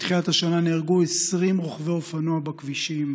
מתחילת השנה נהרגו 20 רוכבי אופנוע בכבישים,